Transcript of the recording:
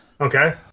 Okay